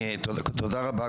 תודה רבה,